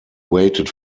waited